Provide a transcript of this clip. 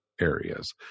areas